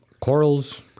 corals